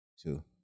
two